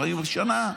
לפעמים שנה,